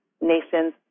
nations